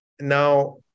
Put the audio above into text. Now